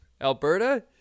alberta